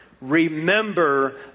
Remember